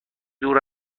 دور